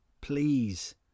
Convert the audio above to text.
Please